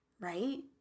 right